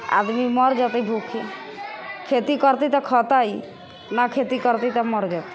आदमी मरि जेतै भूखे खेती करतै तऽ खेतै नहि खेती करतै तऽ मरि जेतै